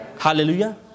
Hallelujah